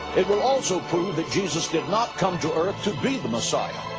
it will also prove that jesus did not come to earth to be the messiah.